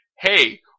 hey